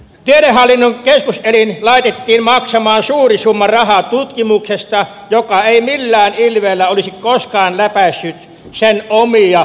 tiedehallinnon keskuselin laitettiin maksamaan suuri summa rahaa tutkimuksesta joka ei millään ilveellä olisi koskaan läpäissyt sen omia valintakriteerejä